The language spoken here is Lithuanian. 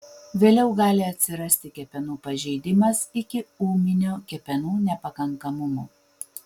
vėliau gali atsirasti kepenų pažeidimas iki ūminio kepenų nepakankamumo